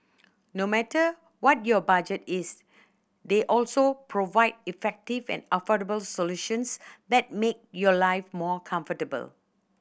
no matter what your budget is they also provide effective and affordable solutions that make your life more comfortable